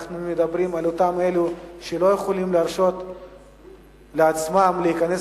ואנחנו מדברים על אלה שלא יכולים להרשות לעצמם להיכנס